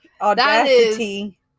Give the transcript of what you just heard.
audacity